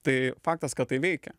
tai faktas kad tai veikia